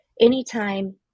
Anytime